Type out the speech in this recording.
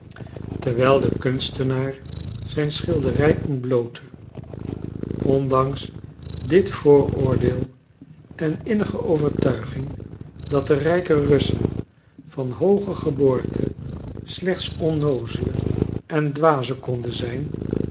terwijl de kunstenaar zijn schilderij ontblootte ondanks dit vooroordeel en innige overtuiging dat de rijke russen van hooge geboorte slechts onnoozelen en dwazen konden zijn